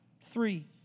Three